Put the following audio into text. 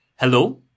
Hello